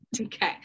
Okay